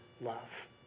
love